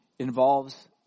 involves